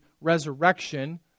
resurrection